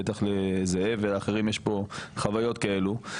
בוודאי לזאב ולאחרים יש פה חוויות כאלה,